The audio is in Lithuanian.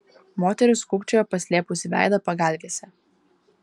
moteris kūkčiojo paslėpusi veidą pagalvėse